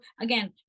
again